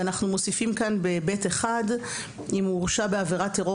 ואנחנו מוסיפים כאן ב-ב(1) "אם הוא הורשע בעבירת טרור